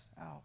out